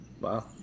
Wow